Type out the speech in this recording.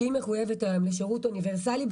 שמחויבת היום לשירות אוניברסלי,